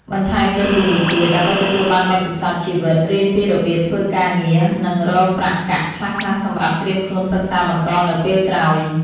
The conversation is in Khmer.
បន្ថែមលើសពីនេះទៀត ដើម្បីទទួលបានបទពិសោធន៍ជីវិត រៀនពីរបៀបធ្វើការងារ និងរកប្រាក់កាក់ខ្លះៗសម្រាប់ត្រៀមខ្លួនសិក្សាបន្តនៅពេលក្រោយ។